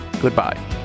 Goodbye